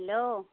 hello